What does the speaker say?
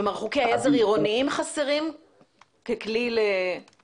כלומר, חסרים חוקי עזר עירוניים ככלי לגביה?